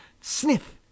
Sniff